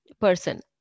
person